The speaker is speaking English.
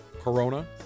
Corona